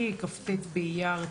ירושלים.